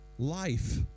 Life